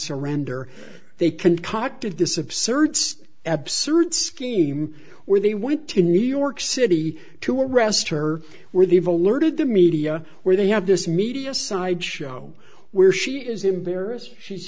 surrender they concocted this absurd sed absurd scheme where they went to new york city to arrest her where they've alerted the media where they have this media sideshow where she is embarrassed she's